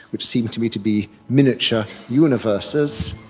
which seemed to me to be miniature universes,